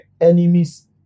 enemies